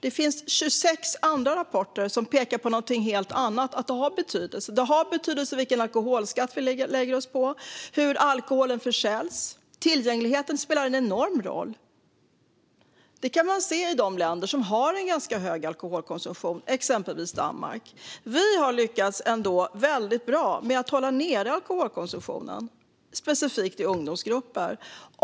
Det finns 26 andra rapporter som pekar på någonting helt annat, nämligen att det har betydelse. Det har betydelse vilken alkoholskatt som vi har och hur alkoholen försäljs. Tillgängligheten spelar en enorm roll. Det kan man se i de länder som har en ganska hög alkoholkonsumtion, exempelvis Danmark. Vi har ändå lyckats väldigt bra med att hålla nere alkoholkonsumtionen, specifikt i ungdomsgrupper.